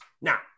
Now